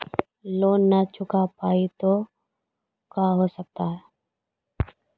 Loan न चुका पाई तो का हो सकता है?